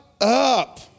up